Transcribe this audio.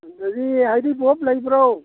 ꯍꯧꯖꯤꯛ ꯍꯩꯔꯤꯕꯣꯞ ꯂꯩꯕ꯭ꯔꯣ